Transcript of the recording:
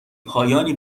پایانی